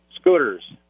scooters